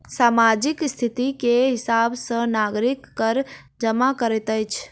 सामाजिक स्थिति के हिसाब सॅ नागरिक कर जमा करैत अछि